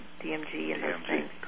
DMG